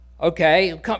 okay